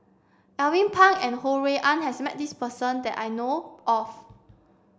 Alvin Pang and Ho Rui An has met this person that I know of